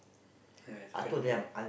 ya it's family